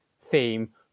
theme